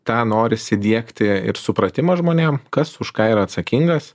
tą noris įdiegti ir supratimą žmonėm kas už ką yra atsakingas